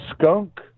skunk